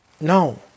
No